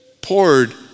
poured